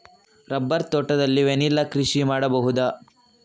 Rubber ತೋಟದಲ್ಲಿ vanilla ಕೃಷಿ ಮಾಡಬಹುದಾ?